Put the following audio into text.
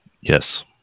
Yes